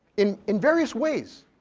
in in various ways,